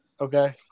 Okay